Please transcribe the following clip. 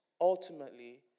ultimately